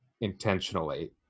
intentionally